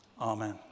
Amen